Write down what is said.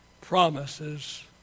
Promises